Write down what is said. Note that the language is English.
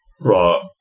Right